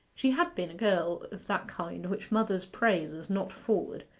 she had been a girl of that kind which mothers praise as not forward,